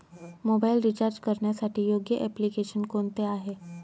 Mobile recharge करण्यासाठी योग्य application कोणते आहे?